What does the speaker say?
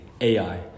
AI